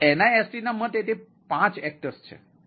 તો NISTના મતે તે 5 એક્ટર્સ છે